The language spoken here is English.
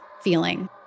feeling